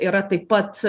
yra taip pat